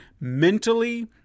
mentally